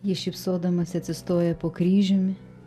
ji šypsodamasi atsistoja po kryžiumi